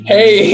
Hey